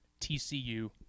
TCU